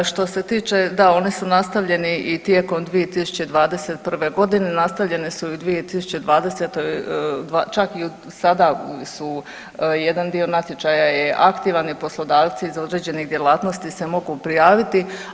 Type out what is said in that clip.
Što se tiče, da oni su nastavljeni i tijekom 2021. godine, nastavljeni su i 2020., čak i sada su jedan dio natječaja je aktivan jer poslodavci iz određenih djelatnosti se mogu prijaviti.